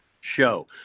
show